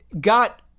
got